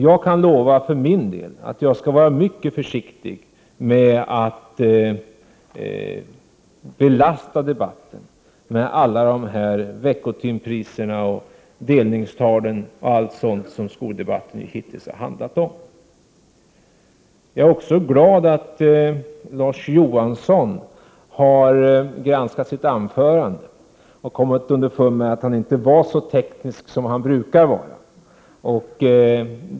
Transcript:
Jag kan lova att jag för min del skall vara mycket försiktig när det gäller att belasta debatten med alla veckotimpriser, delningstal etc. som skoldebatten hittills har handlat om. Vidare är jag glad över att Larz Johansson har granskat sitt anförande och kommit underfund med att han inte var så teknisk som han brukar vara.